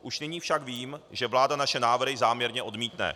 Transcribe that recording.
Už nyní však vím, že vláda naše návrhy záměrně odmítne.